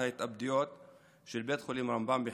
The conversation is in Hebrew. התאבדויות של בית החולים רמב"ם בחיפה,